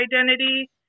identity